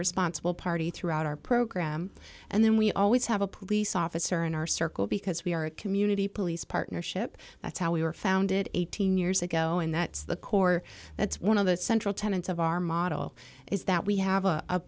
responsible party throughout our program and then we always have a police officer in our circle because we are a community police partnership that's how we were founded eighteen years ago and that's the core that's one of the central tenants of our model is that we have a